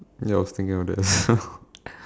ya I was thinking of that as well